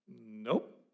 Nope